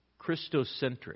Christocentric